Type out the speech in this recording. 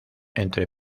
entre